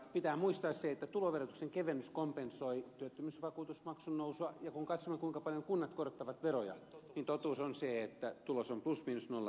pitää muistaa se että tuloverotuksen kevennys kompensoi työttömyysvakuutusmaksun nousua ja kun katsomme kuinka paljon kunnat korottavat veroja niin totuus on se että tulos on plus miinus nolla veronmaksajien kannalta